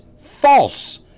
false